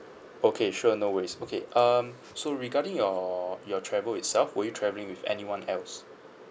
okay sure no worries okay um so regarding your your travel itself were you travelling with anyone else